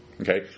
Okay